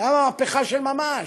הייתה מהפכה של ממש.